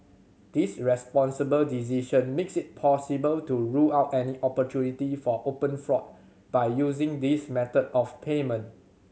this responsible decision makes it possible to rule out any opportunity for open fraud by using this method of payment